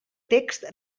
text